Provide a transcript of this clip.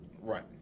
Right